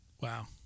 Wow